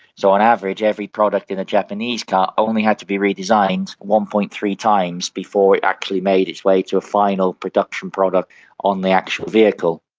so on average every product in a japanese car only had to be redesigned one. three times before it actually made its way to a final production product on the actual vehicle.